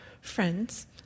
friends